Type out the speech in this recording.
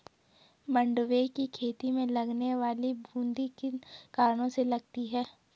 मंडुवे की खेती में लगने वाली बूंदी किन कारणों से लगती है?